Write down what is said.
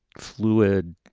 fluid,